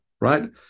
right